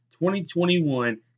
2021